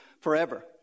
forever